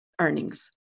earnings